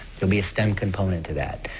will be a stem component to that.